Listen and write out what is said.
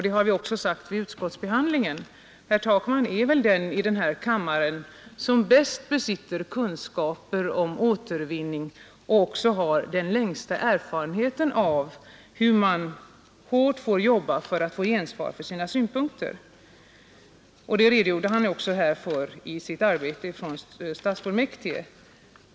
Det har också sagts vid utskottsbehandlingen. Herr Takman är den ledamot i den här kammaren som bäst besitter kunskaper om återvinning och som också har den längsta erfarenheten av hur hårt man måste jobba för att få gensvar för sina synpunkter. Han redogjorde för sitt arbete på den punkten i Stockholms stadsfullmäktige.